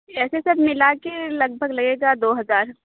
ایسے سب ملا کے لگ بھگ لگے گا دو ہزار